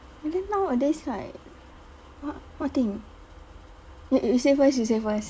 but then nowadays right what what thing you you say first you say first